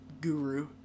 guru